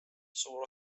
suur